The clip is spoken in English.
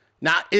Now